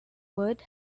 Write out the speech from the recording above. would